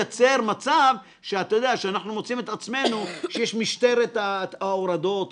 צריך לזכור שאנחנו כמערכת עושים את הכל על מנת למנוע הפרות,